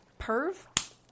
Perv